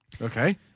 Okay